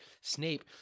Snape